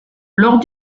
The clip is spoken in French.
lors